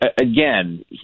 again